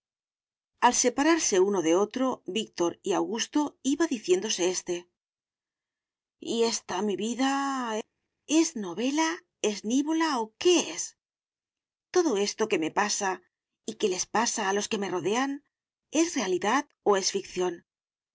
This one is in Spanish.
al separarse uno de otro víctor y augusto iba diciéndose éste y esta mi vida es novela es nivola o qué es todo esto que me pasa y que les pasa a los que me rodean es realidad o es ficción